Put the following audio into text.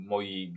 Moi